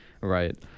Right